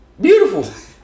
beautiful